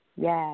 Yes